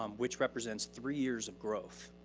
um which represents three years of growth.